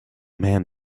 man